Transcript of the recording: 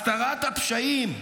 הסתרת הפשעים,